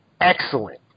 excellent